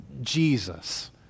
Jesus